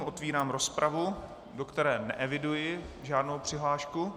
Otevírám rozpravu, do které neeviduji žádnou přihlášku.